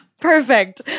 Perfect